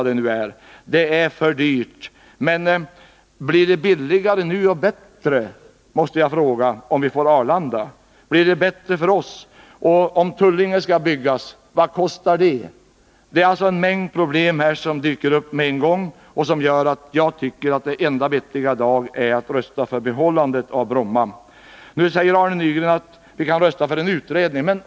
Det är för dyrt. Men jag måste fråga: Blir det billigare och bättre om trafiken flyttas till Arlanda? Blir det bättre för oss? Och om Tullinge skall byggas, vad kostar det? En mängd problem dyker upp med en gång, och det gör att jag tycker att det enda vettiga i dag är att rösta för bibehållande av Bromma. Nu säger Arne Nygren att vi kan rösta för en utredning.